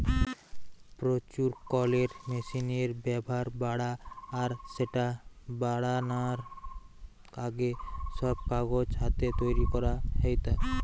প্রচুর কলের মেশিনের ব্যাভার বাড়া আর স্যাটা বারানার আগে, সব কাগজ হাতে তৈরি করা হেইতা